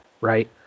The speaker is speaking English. Right